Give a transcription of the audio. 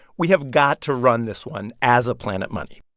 we have got to run this one as a planet money.